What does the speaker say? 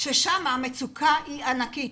שבהן המצוקה היא ענקית.